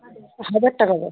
হাজার টাকা দাম